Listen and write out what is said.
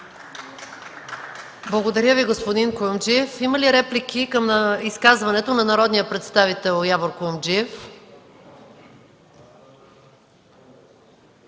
Благодаря Ви, господин Куюмджиев. Има ли реплики към изказването на народния представител Явор Куюмджиев?